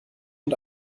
und